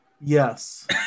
Yes